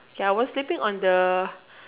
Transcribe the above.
okay I was sleeping on the